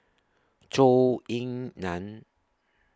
Zhou Ying NAN